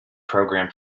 program